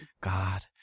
God